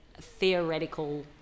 theoretical